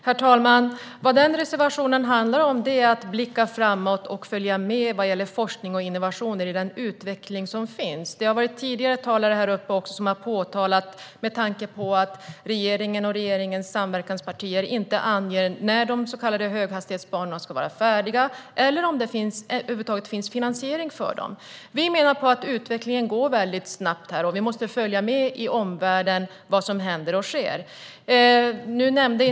Herr talman! Den reservationen handlar om att man ska blicka framåt och följa med i fråga om forskning och innovation och den utveckling som finns. Tidigare talare har påpekat att regeringen och dess samverkanspartier inte anger när de så kallade höghastighetsbanorna ska vara färdiga eller om det över huvud taget finns finansiering för dem. Vi menar att utvecklingen går mycket snabbt och att vi måste följa med vad som sker i omvärlden.